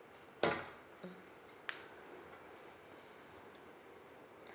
mm